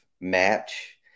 match